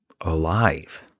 alive